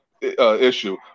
issue